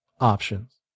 options